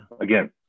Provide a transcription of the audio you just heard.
again